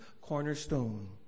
cornerstone